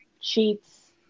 cheats